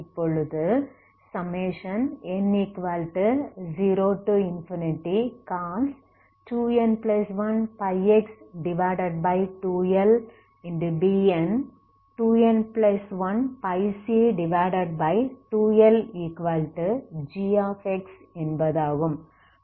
இப்பொழுது n0cos 2n1πx2L Bn2n1πc2Lgஎன்பதாகும்